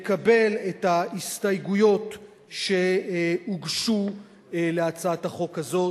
לקבל את ההסתייגויות שהוגשו להצעת החוק הזאת.